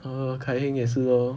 ah kai heng 也是咯